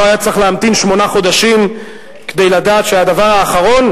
לא היה צריך להמתין שמונה חודשים כדי לדעת שהדבר האחרון,